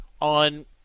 on